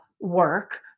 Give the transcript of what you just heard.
work